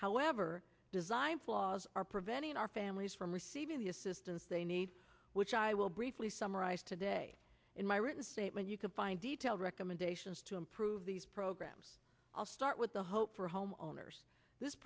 however design flaws are preventing our families from receiving the assistance they need which i will briefly summarize today in my written statement you can find detailed recommendations to improve these programs i'll start with the hope for homeowners this